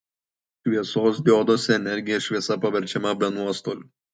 šviesos dioduose energija šviesa paverčiama be nuostolių